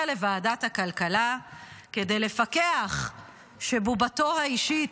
לוועדת הכלכלה כדי לפקח שבובתו האישית,